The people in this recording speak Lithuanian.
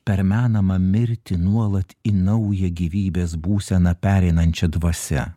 per menamą mirtį nuolat į naują gyvybės būseną pereinančia dvasia